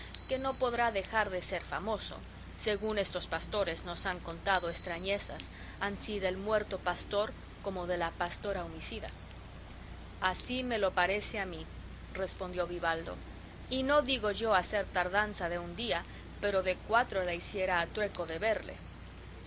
que no podrá dejar de ser famoso según estos pastores nos han contado estrañezas ansí del muerto pastor como de la pastora homicida así me lo parece a mí respondió vivaldo y no digo yo hacer tardanza de un día pero de cuatro la hiciera a trueco de verle